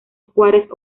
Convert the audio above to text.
juárez